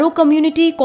community